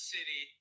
City